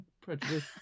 prejudice